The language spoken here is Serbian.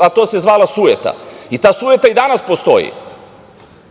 a to se zvala sujeta. I ta sujeta i danas postoji. Vi